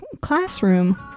classroom